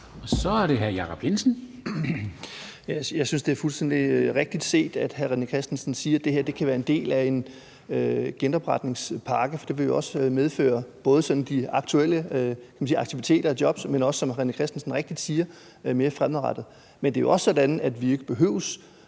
Kl. 11:07 Jacob Jensen (V): Jeg synes, det er fuldstændig rigtigt set, når hr. René Christensen siger, at det her kan være en del af en genopretningspakke, for det vil jo også omfatte både sådan de aktuelle aktiviteter og jobs, men det vil også, som hr. René Christensen rigtigt siger, gælde mere fremadrettet. Men det er jo også sådan, at vi ikke behøver